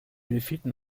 wievielten